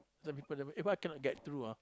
some people never eh why I cannot get through ah